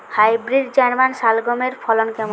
Hybrid German শালগম এর ফলন কেমন?